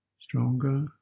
stronger